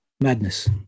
madness